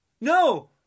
No